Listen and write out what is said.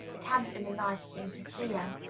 it hadn't been a nice thing to see, and